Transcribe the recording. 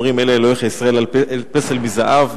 אומרים "אלה אלהיך ישראל" אל פסל מזהב,